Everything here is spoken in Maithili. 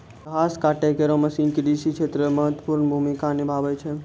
घास काटै केरो मसीन कृषि क्षेत्र मे महत्वपूर्ण भूमिका निभावै छै